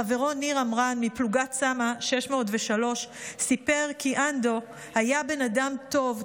חברו ניר אמרן מפלוגת צמ"ה 603 סיפר כי אנדו היה בן אדם טוב,